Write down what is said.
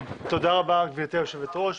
תודה רבה לך גברתי היושבת ראש.